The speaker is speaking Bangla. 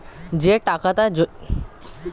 যে টাকাটা জমা দেওয়া হচ্ছে তার সুদের হার